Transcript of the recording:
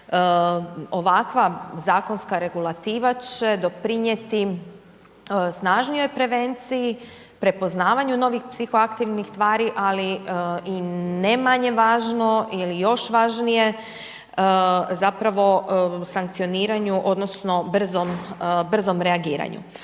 ovakva zakonska regulativa će doprinijeti snažnijoj prevenciji, prepoznavanju novih psihoaktivnih tvari, ali i ne manje važno ili još važnije zapravo sankcioniranju odnosno brzom reagiranju.